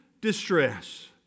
distress